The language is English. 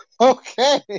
okay